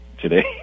today